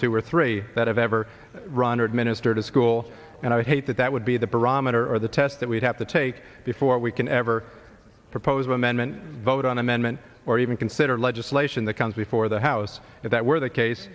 two or three that have ever run or administered a school and i hate that that would be the barometer or the test that we have to take before we can ever proposed amendment vote on amendment or even consider legislation that comes before the house if that were the case